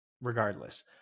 regardless